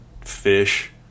fish